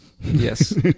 yes